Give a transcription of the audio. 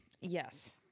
Yes